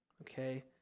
Okay